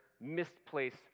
misplaced